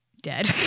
dead